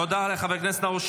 תודה, נאור.